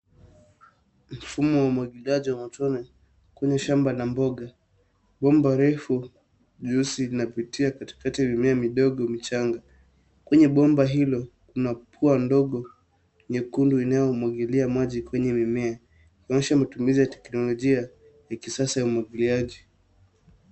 Mfumo wa umwagiliaji wa matone kwenye shamba la mboga. Bomba refu jeusi linapitia katikati ya mimea midogo michanga. Kwenye bomba hilo kuna pua ndogo nyekundu inayomwagilia maji kwneye mimea ikionyesha matumizi ya teknolojia ya kisasa ya umwagiliaji.